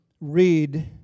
read